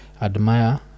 admire